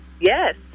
Yes